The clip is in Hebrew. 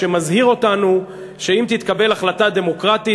שמזהיר אותנו שאם תתקבל החלטה דמוקרטית,